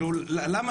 למה,